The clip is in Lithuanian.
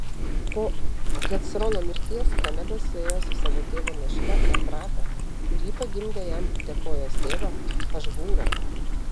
po hecrono mirties kalebas suėjo su savo tėvo našle efrata ir ji pagimdė jam tekojos tėvą ašhūrą